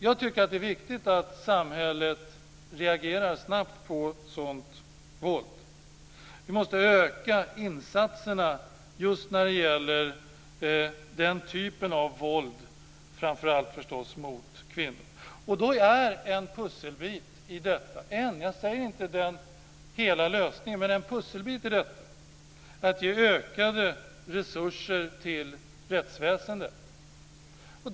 Jag tycker att det är viktigt att samhället reagerar snabbt på sådant våld. Vi måste öka insatserna just när det gäller den typen av våld, framför allt förstås mot kvinnor. En pusselbit i detta - jag säger inte att det är hela lösningen - är att ge ökade resurser till rättsväsendet.